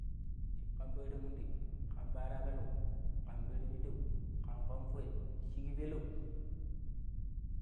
﻿ƙan paramundi, ƙan pattirapeleu, ƙan pirpiɗou, ƙan ƙonvoi, sheekpelau.